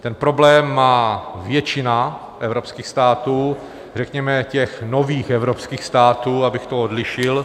Ten problém má většina evropských států, řekněme nových evropských států, abych to odlišil.